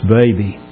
baby